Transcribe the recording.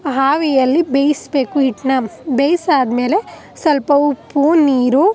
ಆವಿಯಲ್ಲಿ ಬೇಯಿಸ್ಬೇಕು ಹಿಟ್ಟನ್ನ ಬೇಯ್ಸಿ ಆದಮೇಲೆ ಸ್ವಲ್ಪ ಉಪ್ಪು ನೀರು